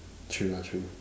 true lah true